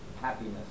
happiness